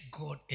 God